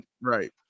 right